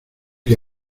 que